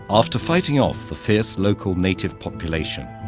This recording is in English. after fighting off the fierce local native population,